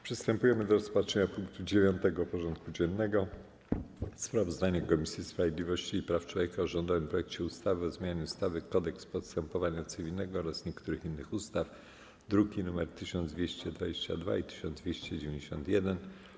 Przystępujemy do rozpatrzenia punktu 9. porządku dziennego: Sprawozdanie Komisji Sprawiedliwości i Praw Człowieka o rządowym projekcie ustawy o zmianie ustawy - Kodeks postępowania cywilnego oraz niektórych innych ustaw (druki nr 1222 i 1291)